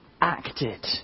acted